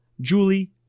Julie